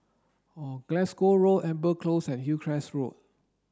Glasgow Road Amber Close and Hillcrest Road